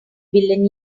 billion